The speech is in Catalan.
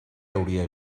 hauria